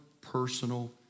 personal